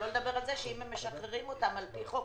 שלא לדבר על זה שאם הם משחררים אותם על פי חוק,